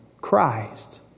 Christ